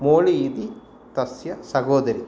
मोळ् इति तस्य सहोदरी